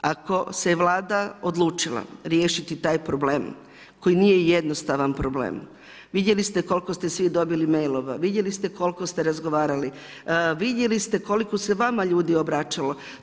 Ako se Vlada odlučila riješiti taj problem koji nije jednostavan problem, vidjeli ste koliko ste svi dobili mailova, vidjeli ste koliko ste razgovarali, vidjeli ste koliko se vama ljudi obraćalo.